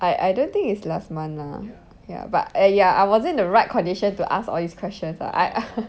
I I don't think it's last month lah ya but ya~ ya I wasn't in the right conditions to ask all these questions ah I